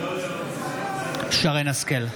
מרים השכל,